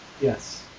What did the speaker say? Yes